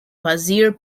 pasir